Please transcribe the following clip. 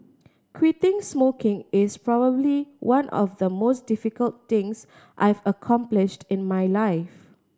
quitting smoking is probably one of the most difficult things I've accomplished in my life